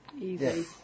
easy